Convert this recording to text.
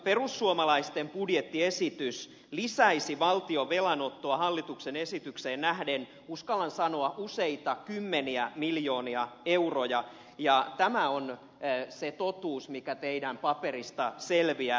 perussuomalaisten budjettiesitys lisäisi valtion velanottoa hallituksen esitykseen nähden uskallan sanoa useita kymmeniä miljoonia euroja ja tämä on se totuus mikä teidän paperistanne selviää